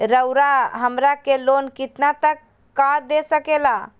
रउरा हमरा के लोन कितना तक का दे सकेला?